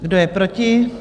Kdo je proti?